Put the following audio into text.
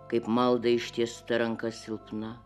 kaip maldai ištiesta ranka silpna